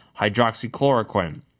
hydroxychloroquine